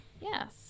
Yes